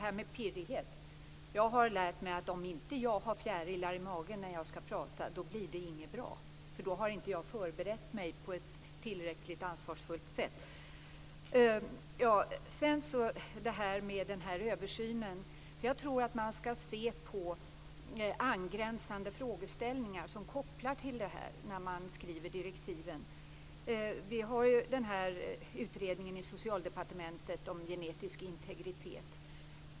Fru talman! Jag har lärt mig att om jag inte har fjärilar i magen när jag skall prata blir det inte bra, då har jag inte förberett mig på ett tillräckligt ansvarsfullt sätt. Så till frågan om översynen. Man skall se på angränsande frågeställningar när direktiven skrivs. I Socialdepartementet finns utredningen om genetisk integritet.